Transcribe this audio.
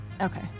Okay